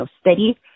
steady